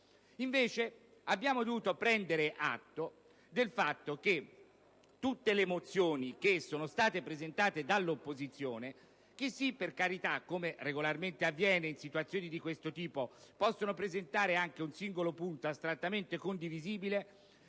Invece, abbiamo dovuto prendere atto che tutte le mozioni presentate dall'opposizione - che, sì, per carità, come regolarmente avviene in situazioni di questo tipo, possono presentare anche un singolo punto astrattamente condivisibile